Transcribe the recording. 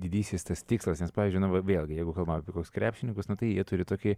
didysis tas tikslas nes pavyzdžiui na va vėlgi jeigu kalbam apie tuos krepšininkus na tai jie turi tokį